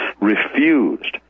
refused